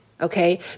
Okay